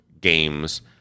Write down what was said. games